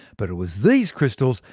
but it was these crystals,